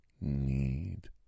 need